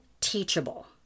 teachable